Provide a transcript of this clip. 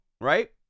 right